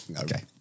okay